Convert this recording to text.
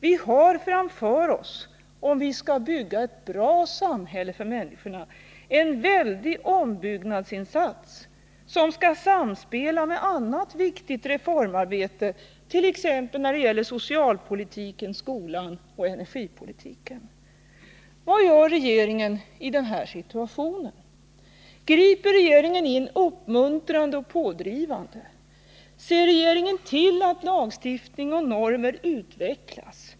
Vi har framför oss, om vi skall bygga ett bra samhälle för människorna, en väldig ombyggnadsinsats, som skall samspela med annat viktigt reformarbete i samhället t.ex. när det gäller socialpolitiken. skolan och energipolitiken. rande och pådrivande? Ser regeringen till att lagstiftning och normer utvecklas?